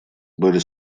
были